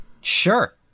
Sure